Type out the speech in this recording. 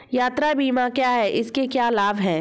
यात्रा बीमा क्या है इसके क्या लाभ हैं?